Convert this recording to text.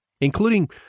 including